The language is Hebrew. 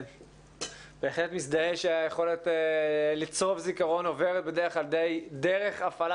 בהחלט מזדהה שהיכולת לצרוב זיכרון עוברת בדרך כלל דרך הפעלה